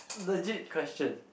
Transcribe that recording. legit question